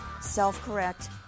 self-correct